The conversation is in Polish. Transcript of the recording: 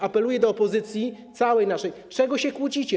Apeluję do opozycji, całej naszej: dlaczego się kłócicie?